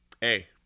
Hey